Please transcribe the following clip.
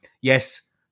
Yes